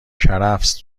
کرفس